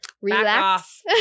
Relax